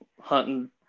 hunting